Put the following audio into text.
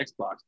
Xbox